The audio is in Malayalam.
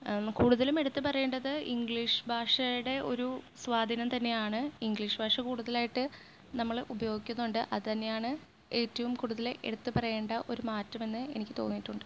കൂടുതലും എടുത്തുപറയേണ്ടത് ഇംഗ്ലീഷ് ഭാഷയുടെ ഒരു സ്വാധീനം തന്നെയാണ് ഇംഗ്ലീഷ് ഭാഷ കൂടുതലായിട്ട് നമ്മൾ ഉപയോഗിക്കുന്നുണ്ട് അതുതന്നെയാണ് ഏറ്റവും കൂടുതല് എടുത്തുപറയേണ്ട ഒരു മാറ്റമെന്ന് എനിക്ക് തോന്നിയിട്ടുണ്ട്